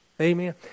Amen